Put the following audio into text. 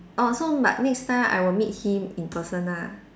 orh so but next time I will meet him in person ah